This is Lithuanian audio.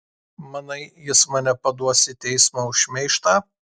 manai jis mane paduos į teismą už šmeižtą